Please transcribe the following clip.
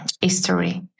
history